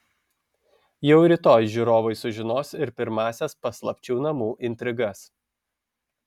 jau rytoj žiūrovai sužinos ir pirmąsias paslapčių namų intrigas